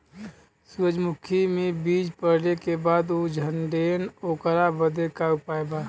सुरजमुखी मे बीज पड़ले के बाद ऊ झंडेन ओकरा बदे का उपाय बा?